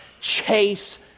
Chase